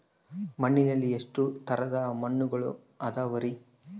ಮಣ್ಣಿನಲ್ಲಿ ಎಷ್ಟು ತರದ ಮಣ್ಣುಗಳ ಅದವರಿ?